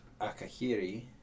Akahiri